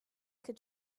could